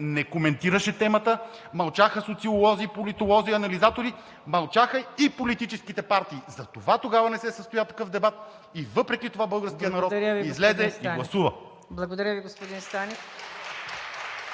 …не коментираше темата, мълчаха социолози, политолози, анализатори, мълчаха и политическите партии. Затова тогава не се състоя такъв дебат и въпреки това българският народ излезе и гласува. (Ръкопляскания